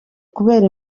kubera